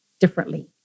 differently